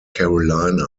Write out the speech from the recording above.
carolina